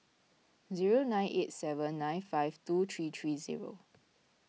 zero nine eight seven nine five two three three zero